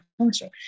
culture